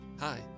Hi